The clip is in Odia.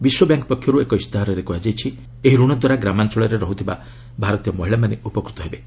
ବିଶ୍ୱ ବ୍ୟାଙ୍କ୍ ପକ୍ଷରୁ ଏକ ଇସ୍ତାହାରରେ କୁହାଯାଇଛି ଯେ ଏହି ଋଣ ଦ୍ୱାରା ଗ୍ରାମାଞ୍ଚଳରେ ରହୁଥିବା ଭାରତୀୟ ମହିଳାମାନେ ଉପକୃତ ହେବେ